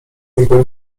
niego